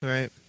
Right